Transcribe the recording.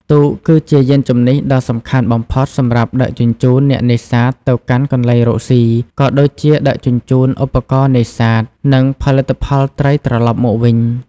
ទូកគឺជាយានជំនិះដ៏សំខាន់បំផុតសម្រាប់ដឹកជញ្ជូនអ្នកនេសាទទៅកាន់កន្លែងរកស៊ី ក៏ដូចជាដឹកជញ្ជូនឧបករណ៍នេសាទ និងផលិតផលត្រីត្រឡប់មកវិញ។